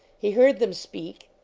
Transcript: he heard them speak.